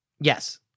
Yes